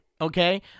okay